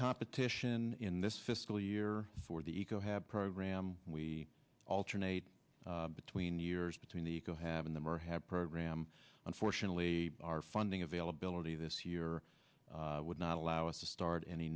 competition in this fiscal year for the eco have program and we alternate between years between the eco having them or have program unfortunately our funding availability this year would not allow us to start any